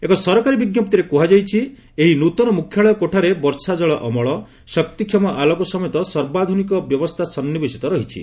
ଏକ ସରକାରୀ ବିଜ୍ଞପ୍ତିରେ କୃହାଯାଇଛି ଏହି ନ୍ତନ ମୁଖ୍ୟାଳୟ କୋଠାରେ ବର୍ଷାଜଳ ଅମଳ ଶକ୍ତିକ୍ଷମ ଅଲୋକ ସମେତ ସର୍ବାଧୁନିକ ବ୍ୟବସ୍ଥା ସନ୍ନିବେଶିତ ରହିଛି